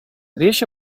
riesci